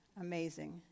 Amazing